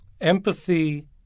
empathy